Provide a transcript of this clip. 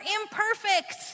imperfect